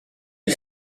est